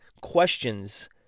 questions